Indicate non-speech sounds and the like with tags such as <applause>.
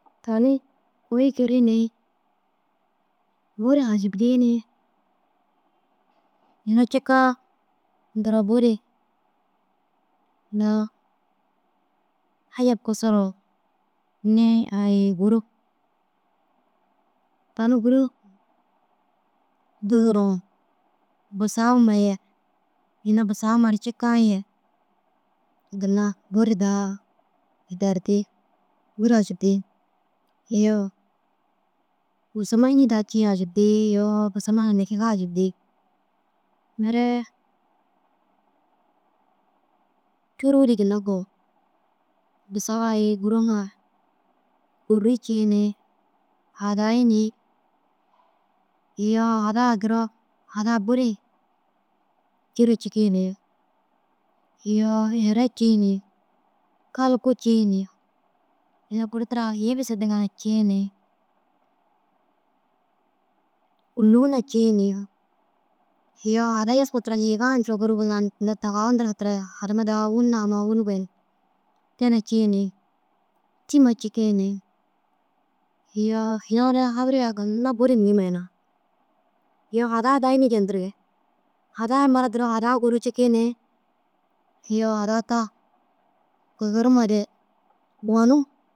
Tani kôi giri ni buru hašipjii ni yuna cikaa duro buru na hajab kisiruũ nii ai Gûro. Tani Gûro duduruũ busau huma ye ini busau ma raa cikaa ye ginna buri daa <unintelligible> buru ajobjii. Iyoo busama înni daha cii ajobjii? Iyoo busama nikege ajbjii? Mere cûruu ri ginna koo busawu ai Gûro ŋa kûrru cii ni hadayi ni iyoo hadaa duro hadaa buri tîra cikii ni. Iyoo ere cii ni kalku ciini yunu kur tira « yiibis » ndiŋa na cii ni. Kûlugu na ciini iyoo hadayi yesku tira yîgaã duro gurug nani tinda tagawu ndirige ye harama daha wîni namoo wîni gôyinig. Te na cii ni tîma cikii ni iyoo yuna ara hadirii yaa ginna buru mihima ina. Iyoo hadaa daha înni jendirig? Hadaa mura duro hadaa guru cikii ni iyoo hadaa ta kigirimare wonu.